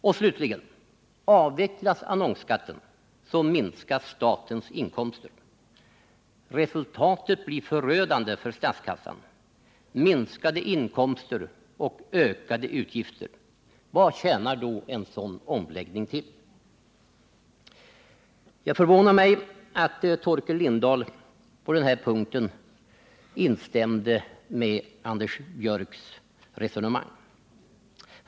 Och slutligen: avvecklas annonsskatten, så minskas statens inkomster. Resultatet blir förödande för statskassan — minskade inkomster och ökade utgifter. Vad tjänar en sådan omläggning till? Det förvånar mig att Torkel Lindahl på den här punkten instämde i Anders Björcks resonemang.